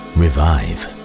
revive